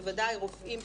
בוודאי רופאים,